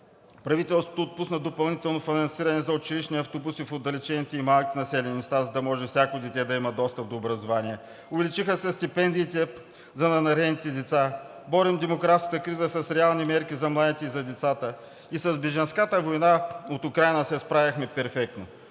Правителството отпусна допълнително финансиране за училищни автобуси в отдалечените и малките населени места, за да може всяко дете да има достъп до образование. Увеличиха се стипендиите за надарените деца. Борим демографската криза с реални мерки за младите и за децата. И с бежанската вълна от Украйна се справихме перфектно,